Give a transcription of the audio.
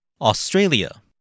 Australia